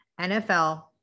NFL